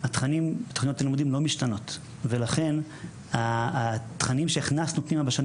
התכנים תוכניות הלימודים לא משתנות ולכן התכנים שהכנסנו פנימה בשנים